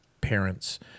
parents